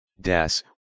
das